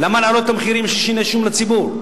למה להעלות את המחירים של שיני שום לציבור?